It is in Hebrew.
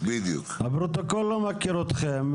הפרוטוקול לא מכיר אתכם.